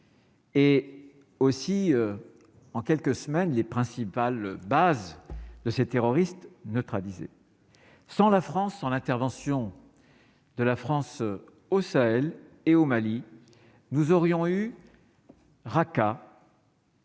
Et aussi en quelques semaines, les principales bases de ces terroristes neutralisés sans la France sans l'intervention de la France au Sahel et au Mali, nous aurions eu Raqa.